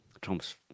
Trump's